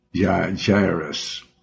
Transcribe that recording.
Jairus